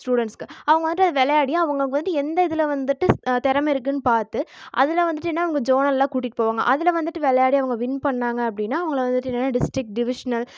ஸ்டூடண்ட்ஸ்க்கு அவங்க வந்துவிட்டு விளையாடி அவங்களுக்கு வந்து எந்த இதில் வந்துவிட்டு திறம இருக்குன்னு பார்த்து அதில் வந்துவிட்டு என்ன இவங்க ஜோனலில் கூட்டிகிட்டு போவாங்க அதில் வந்துவிட்டு விளையாடி அவங்க வின் பண்ணாங்க அப்படின்னா அவங்கள வந்துவிட்டு என்னென்னா டிஸ்ட்டிக் டிவிஸ்னல்